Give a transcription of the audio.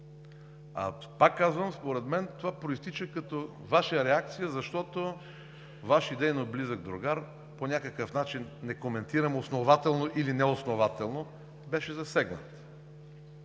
Пак казвам: според мен това произтича като Ваша реакция, защото Ваш идейно близък другар по някакъв начин, не коментирам основателно или неоснователно, беше засегнат;